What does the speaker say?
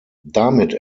damit